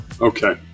Okay